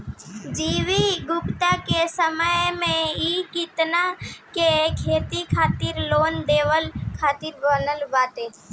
G V Gupta के समय मे ई किसान के खेती खातिर लोन देवे खातिर बनल बावे